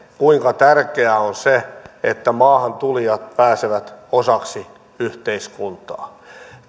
kuinka tärkeää on että maahantulijat pääsevät osaksi yhteiskuntaa